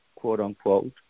quote-unquote